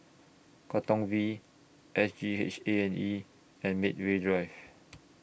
Katong V S G H A and E and Medway Drive